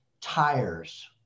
tires